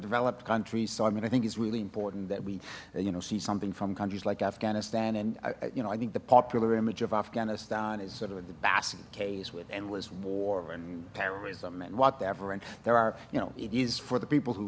developed countries so i mean i think it's really important that we you know see something from countries like afghanistan and you know i think the popular image of afghanistan is sort of at the basket case with endless war and terrorism and whatever and there are you know it is for the people who